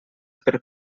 per